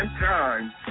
time